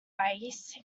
ice